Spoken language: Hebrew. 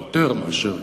זה יותר מאשר קרדיט.